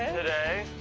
today.